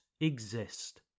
exist